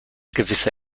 gewisse